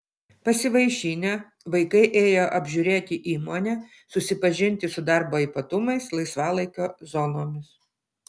pasivaišinę vaikai ėjo apžiūrėti įmonę susipažinti su darbo ypatumais laisvalaikio zonomis